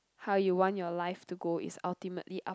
how you want your life to go is ultimately up